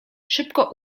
szybko